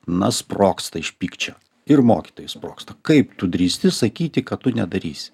na sprogsta iš pykčio ir mokytojai sprogsta kaip tu drįsti sakyti kad tu nedarysi